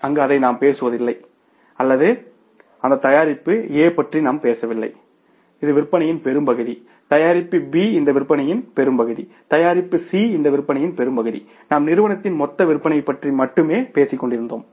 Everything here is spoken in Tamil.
அங்கு அதை நாம் பேசுவதில்லை அல்லது அந்த தயாரிப்பு ஏ பற்றி நாம் பேசவில்லை இது விற்பனையின் பெரும்பகுதி தயாரிப்பு பி இந்த விற்பனையின் பெரும்பகுதி தயாரிப்பு சி இந்த விற்பனையின் பெரும்பகுதி நாம் நிறுவனத்தின் மொத்த விற்பனையைப் பற்றி பேசிக் கொண்டிருந்தோம்